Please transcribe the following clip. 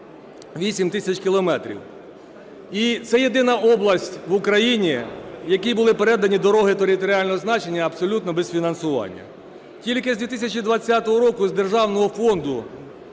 8 тисяч кілометрів. І це єдина область в Україні, якій були передані дороги територіального значення абсолютно без фінансування. Тільки з 2020 року з державного фонду